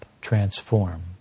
transform